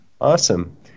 Awesome